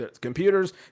computers